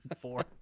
four